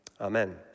Amen